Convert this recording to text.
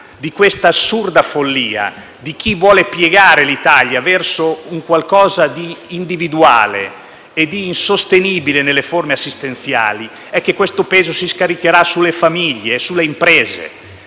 di quest'assurda follia di chi vuole piegare l'Italia verso un qualcosa di individuale e insostenibile nelle forme assistenziali si scaricherà sulle famiglie e sulle imprese,